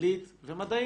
אנגלית ומדעים.